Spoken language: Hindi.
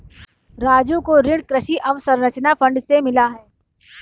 राजू को ऋण कृषि अवसंरचना फंड से मिला है